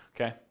Okay